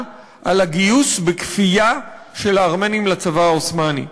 על הגיוס בכפייה של הארמנים לצבא העות'מאני.